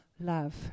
love